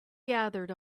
gathered